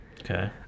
Okay